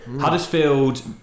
Huddersfield